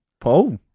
Paul